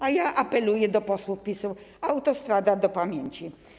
A ja apeluję do posłów PiS-u: autostrada do pamięci.